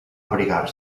abrigar